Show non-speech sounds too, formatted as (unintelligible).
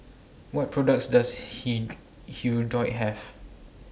What products Does (unintelligible) Hirudoid Have